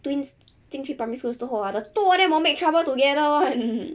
twins 进去 primary school 的时候 ah the two of them will make trouble together [one]